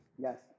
Yes